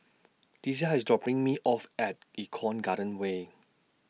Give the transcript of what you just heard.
Deasia IS dropping Me off At Eco Garden Way